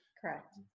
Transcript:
correct